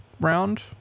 round